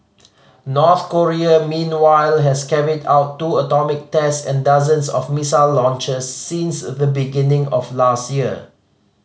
North Korea meanwhile has carried out two atomic test and dozens of missile launches since the beginning of last year